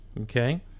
Okay